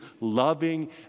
loving